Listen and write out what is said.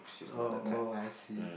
oh oh I see